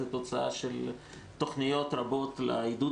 אלא זאת תוצאה של תוכניות רבות לעידוד